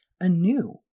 anew